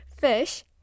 fish